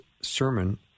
sermon